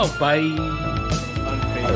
bye